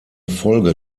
folge